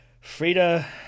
Frida